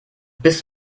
bist